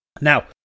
Now